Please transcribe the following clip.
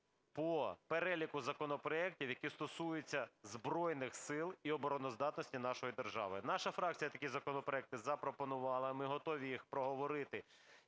по переліку законопроектів, які стосуються Збройних Сил і обороноздатності нашої держави. Наша фракція такі законопроекти запропонувала, ми готові їх проговорити